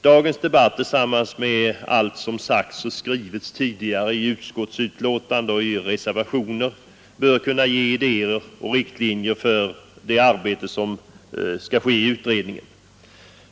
Dagens debatt tillsammans med allt som sagts och skrivits tidigare i utskottsbetänkanden och i reservationer bör kunna ge idéer och riktlinjer för det arbete som skall ske i utredningen.